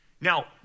Now